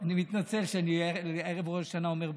אני מתנצל שבערב ראש השנה אני אומר בדיחות,